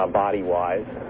body-wise